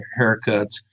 haircuts